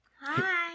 Hi